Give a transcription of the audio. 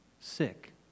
sick